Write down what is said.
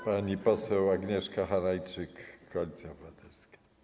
Pani poseł Agnieszka Hanajczyk, Koalicja Obywatelska.